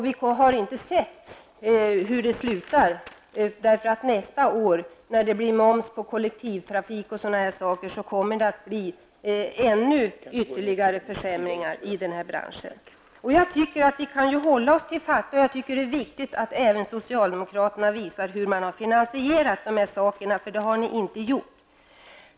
Vi har inte sett hur resultatet blir. Nästa år när det blir moms på bl.a. kollektivtrafik kommer det att bli ytterligare försämringar för den här branschen. Vi skall hålla oss till fakta och jag tycker att det är viktigt att även socialdemokraterna visar vad de har för finansiering, men det har de inte gjort.